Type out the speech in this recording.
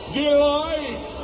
delight